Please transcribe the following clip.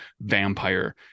vampire